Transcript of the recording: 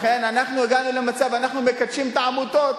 לכן אנחנו הגענו למצב, אנחנו מקדשים את העמותות.